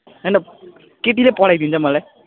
होइन केटीले पढाइदिन्छ मलाई